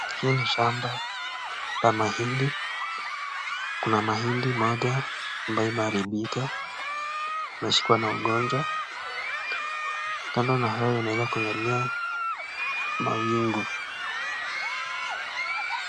Hio ni shamba la mahindi. Kuna mahindi moja ambayo imeharibika imeshikwa na ugonjwa , kando na hayo unaweza kuangalia mawingu.